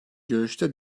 görüşte